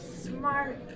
smart